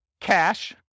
cash